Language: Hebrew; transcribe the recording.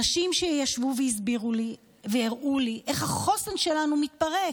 אנשים שישבו והסבירו לי והראו לי איך החוסן שלנו מתפרק.